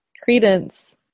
Credence